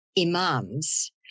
Imams